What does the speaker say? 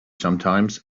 sometimes